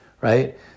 right